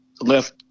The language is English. left